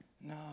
No